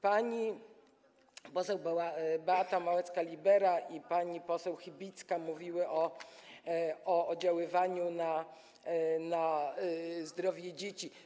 Pani poseł Beata Małecka-Libera i pani poseł Chybicka mówiły o oddziaływaniu na zdrowie dzieci.